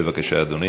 בבקשה, אדוני.